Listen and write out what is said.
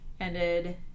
ended